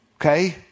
Okay